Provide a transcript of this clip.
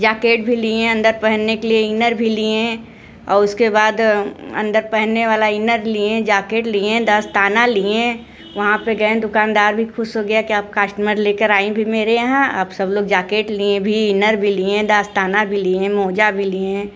jacket भी लिए अंदर पहनने के लिए इनर भी लिए और उसके बाद अन्दर पहनने वाला इनर लिए जाकेट लिए दस्ताना लिए वहाँ पे गएँ दुकानदार भी खुश हो गया कि आप कास्टमर लेकर आईं भी मेरे यहाँ आप सब लोग जाकेट लिए भी इनर भी लिए दास्ताना भी लिए मोजा भी लिए